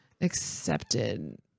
accepted